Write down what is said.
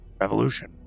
revolution